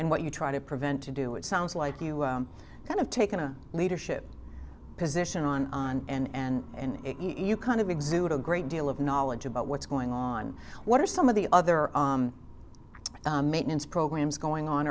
and what you try to prevent to do it sounds like you kind of taken a leadership position on on and and you kind of exude a great deal of knowledge about what's going on what are some of the other maintenance programs going on